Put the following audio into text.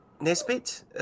Nesbit